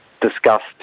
discussed